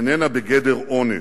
איננה בגדר עונש.